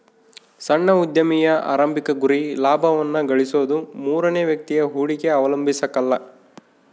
ಸಣ್ಣ ಉದ್ಯಮಿಯ ಆರಂಭಿಕ ಗುರಿ ಲಾಭವನ್ನ ಗಳಿಸೋದು ಮೂರನೇ ವ್ಯಕ್ತಿಯ ಹೂಡಿಕೆ ಅವಲಂಬಿಸಕಲ್ಲ